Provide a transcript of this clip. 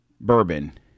bourbon